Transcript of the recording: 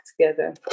together